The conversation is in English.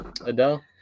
Adele